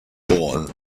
born